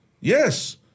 Yes